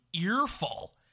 earful